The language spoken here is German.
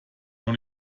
noch